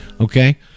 okay